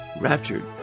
raptured